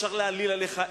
אפשר להעליל עליך,